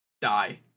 die